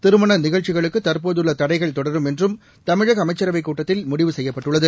திருமண நிகழ்ச்சிகளுக்கு தற்போதுள்ள தடைகள் தொடரும் என்றும் தமிழக அமைச்சரவைக் கூட்டத்தில் முடிவு செய்யப்பட்டுள்ளது